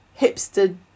hipster